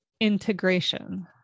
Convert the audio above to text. integration